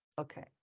Okay